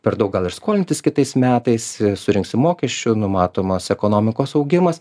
per daug gal ir skolintis kitais metais surinksim mokesčių numatomas ekonomikos augimas